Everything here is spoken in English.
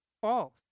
false